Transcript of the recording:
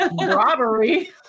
robbery